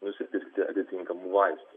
nusipirkti atitinkamų vaistų